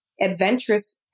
adventurous